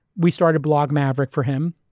we started blog maverick for him.